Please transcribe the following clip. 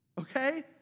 okay